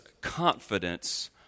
confidence